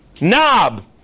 knob